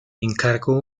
encargo